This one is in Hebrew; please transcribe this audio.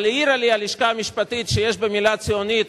אבל העירה לי הלשכה המשפטית שיש במלה "ציונית"